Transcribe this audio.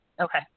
Okay